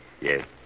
Yes